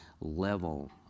level